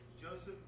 Joseph